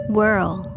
Whirl